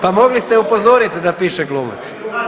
Pa mogli ste upozoriti da piše glumac!